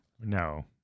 No